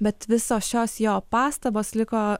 bet visos šios jo pastabos liko